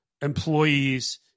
employees